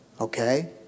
okay